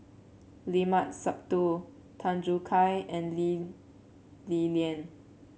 Limat Sabtu Tan Choo Kai and Lee Li Lian